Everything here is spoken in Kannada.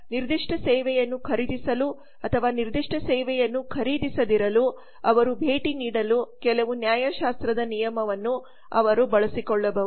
ನಿರ್ದಿಷ್ಟ ಸೇವೆಯನ್ನು ಖರೀದಿಸಲು ಅಥವಾ ನಿರ್ದಿಷ್ಟ ಸೇವೆಯನ್ನು ಖರೀದಿಸದಿರಲು ಅವರು ಭೇಟಿ ನೀಡಲು ಕೆಲವು ನ್ಯಾಯಶಾಸ್ತ್ರದ ನಿಯಮವನ್ನು ಅವರು ಬಳಸಿಕೊಳ್ಳಬಹುದು